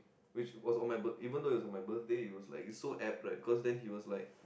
which was on my birth~ even though it was on my birthday it was like so apt right cause then he was like